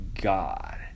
God